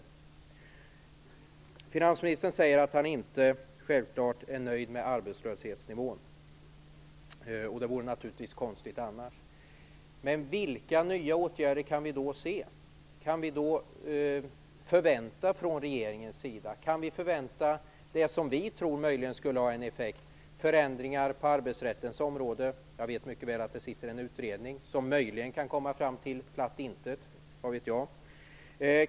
Finansministern säger att han självfallet inte är nöjd med arbetslöshetsnivån, och något annat vore naturligtvis konstigt. Men vilka nya åtgärder kan vi då förvänta från regeringens sida? Kan vi förvänta det som vi tror möjligen skulle ha en effekt, nämligen förändringar på arbetsrättens område? Jag vet mycket väl att det pågår en utredning, som möjligen - vad vet jag - kan komma fram till platt intet.